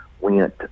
went